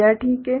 यह ठीक है